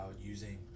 using